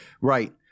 Right